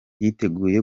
yiteguye